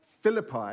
Philippi